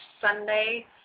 Sunday